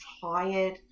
tired